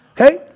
okay